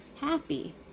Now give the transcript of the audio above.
happy